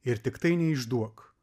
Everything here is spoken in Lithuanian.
ir tiktai neišduok